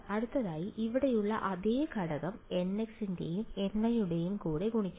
അടുത്തതായി ഇവിടെയുള്ള അതേ ഘടകം nx ന്റെയും ny യുടെയും കൂടെ ഗുണിക്കുക